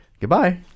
goodbye